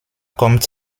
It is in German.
kommt